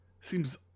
seems